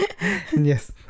Yes